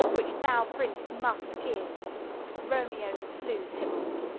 which thou, prince, must give romeo slew tybalt,